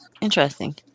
interesting